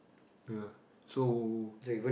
uh so